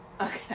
Okay